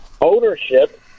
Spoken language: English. ownership